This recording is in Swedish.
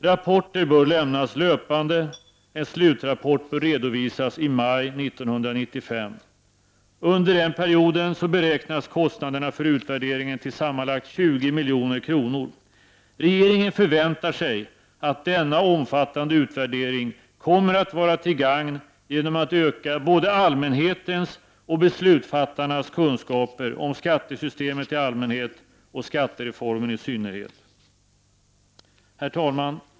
Rapporter bör lämnas löpande. En slutrapport bör redovisas i maj 1995. Under denna period beräknas kostnaderna för utvärderingen till sammanlagt 20 milj.kr. Regeringen förväntar sig att denna omfattande utvärdering kommer att vara till gagn genom att både allmänhetens och beslutsfattarnas kunskaper om skattesystemet i allmänhet och skattereformen i synnerhet ökar. Herr talman!